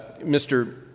Mr